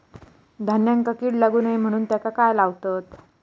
धान्यांका कीड लागू नये म्हणून त्याका काय लावतत?